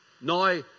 Now